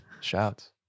shouts